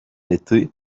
été